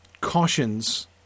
cautions